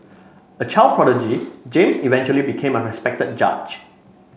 a child prodigy James eventually became a respected judge